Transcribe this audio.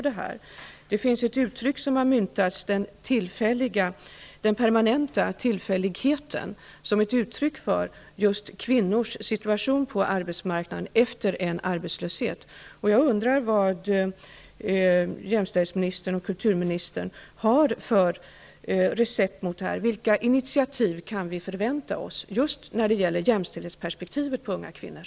Man har myntat ett uttryck, den permanenta tillfälligheten, som syftar på just kvinnors situation på arbetsmarknaden efter arbetslöshet. Jag undrar vad jämställdhetsministern och kulturministern har för recept. Vilka initiativ kan vi förvänta oss när det gäller just jämställdhet och unga kvinnor?